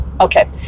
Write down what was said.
Okay